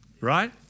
Right